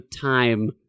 time